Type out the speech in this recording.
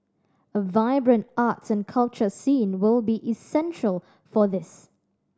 a vibrant arts and culture scene will be essential for this